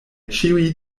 ĉiuj